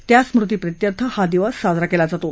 त्या स्मृतीपित्यर्थ हा दिवस साजरा केला जातो